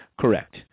correct